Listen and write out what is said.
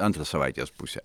antrą savaitės pusę